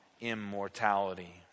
immortality